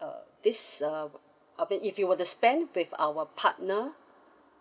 uh this um I mean if you were to spend with our partner